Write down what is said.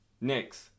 Next